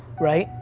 right?